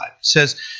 says